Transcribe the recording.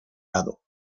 lado